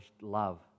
love